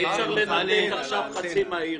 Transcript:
אי-אפשר לנתק עכשיו חצי מהעיר.